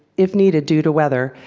if needed, due to weather,